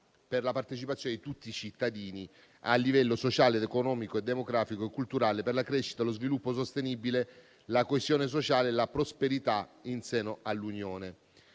per la partecipazione di tutti i cittadini, a livello sociale, economico, demografico e culturale, alla crescita, allo sviluppo sostenibile, alla coesione sociale e alla prosperità in seno all'Unione.